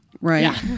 right